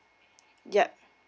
yup